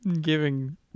giving